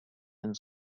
and